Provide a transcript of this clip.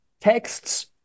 texts